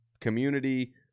community